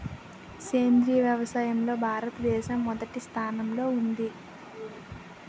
సేంద్రీయ వ్యవసాయంలో భారతదేశం మొదటి స్థానంలో ఉంది